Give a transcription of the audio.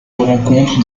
rencontre